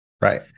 Right